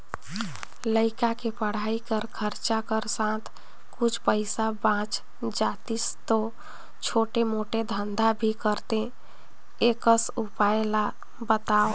लइका के पढ़ाई कर खरचा कर साथ कुछ पईसा बाच जातिस तो छोटे मोटे धंधा भी करते एकस उपाय ला बताव?